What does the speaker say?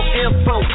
info